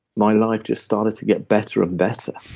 my life just started to get better and better.